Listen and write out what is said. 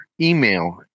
email